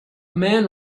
man